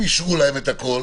אם אישרו להם את הכול